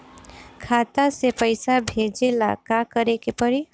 खाता से पैसा भेजे ला का करे के पड़ी?